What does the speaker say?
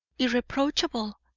irreproachable,